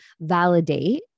validate